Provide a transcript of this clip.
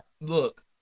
Look